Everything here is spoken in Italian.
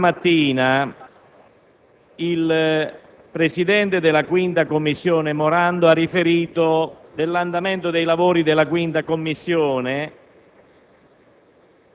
Signor Presidente, signori rappresentanti del Governo, onorevoli colleghi, questa mattina